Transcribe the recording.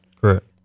Correct